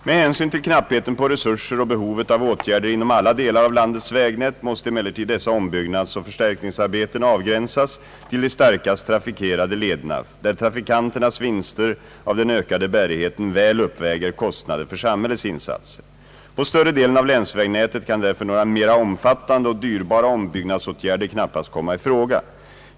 Med hänsyn till knappheten på resurser och behovet av åtgärder inom alla delar av landets vägnät måste emellertid dessa ombyggnadsoch förstärkningsarbeten avgränsas till de starkast trafikerade lederna där trafikanternas vinster av den ökade bärigheten väl uppväger kostnader för samhällets insatser. På större delen av länsvägnätet kan därför några mera omfattande och dyrbara ombyggnadsåtgärder knappast komma i fråga.